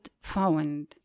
found